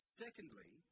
secondly